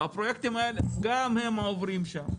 וגם הפרויקטים האלה עוברים שם.